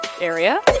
area